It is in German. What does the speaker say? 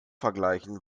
vergleichen